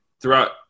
throughout